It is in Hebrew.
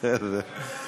בסדר.